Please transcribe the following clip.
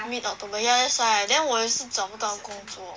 mid october yeah that's why then 我也是找不到谁在 call 我